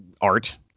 art